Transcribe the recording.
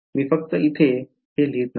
मी फक्त येथे ते लिहित नाही